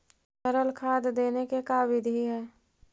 तरल खाद देने के का बिधि है?